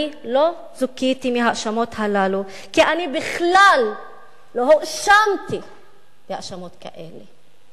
אני לא זוכיתי מהאשמות הללו כי אנחנו בכלל לא הואשמתי בהאשמות כאלה.